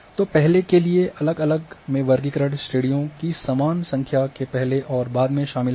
तो प्रत्येक के लिए अलग अलग में वर्गीकरण श्रेणियों की समान संख्या के पहले और बाद में शामिल है